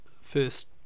first